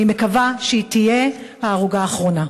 אני מקווה שהיא תהיה ההרוגה האחרונה.